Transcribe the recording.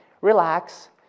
relax